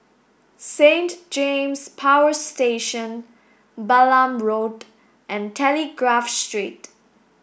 Saint James Power Station Balam Road and Telegraph Street